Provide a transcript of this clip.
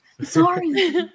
Sorry